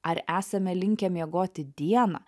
ar esame linkę miegoti dieną